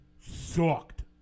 sucked